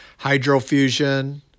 hydrofusion